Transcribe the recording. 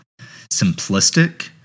simplistic